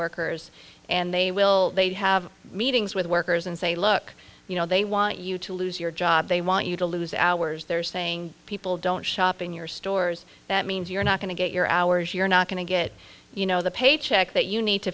workers and they will they have meetings with workers and say look you know they want you to lose your job they want you to lose hours they're saying people don't shop in your stores that means you're not going to get your hours you're not going to get you know the paycheck that you need to